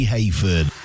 Hayford